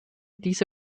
diese